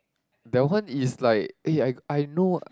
that one is like eh I I know